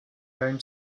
going